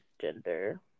gender